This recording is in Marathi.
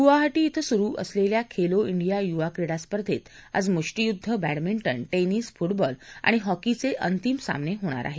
गुवाहाीी अं सुरु असलेल्या खेलो डिया युवा क्रीडा स्पर्धेत आज मुष्टीयुद्ध बह्मिंजे निस फुबॉल आणि हॉकीचे अंतिम सामने होणार आहेत